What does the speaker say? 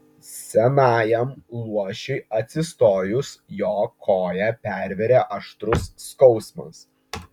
senajam luošiui atsistojus jo koją pervėrė aštrus skausmas